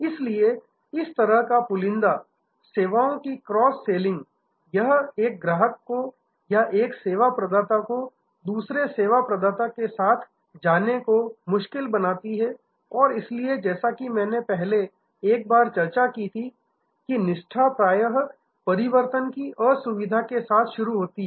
इसलिए इस तरह का पुलिंदा सेवाओं की क्रॉस सेलिंग यह एक ग्राहक को या एक सेवा प्रदाता को दूसरे सेवा प्रदाता के साथ जाने को मुश्किल बनाती है और इसलिए जैसा कि मैंने पहले एक बार चर्चा की थी कि निष्ठा प्राय परिवर्तन की असुविधा के साथ शुरू होती है